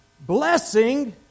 blessing